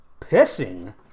pissing